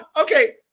okay